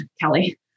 Kelly